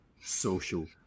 social